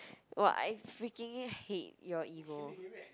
!wah! I freaking hate your ego